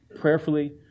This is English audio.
prayerfully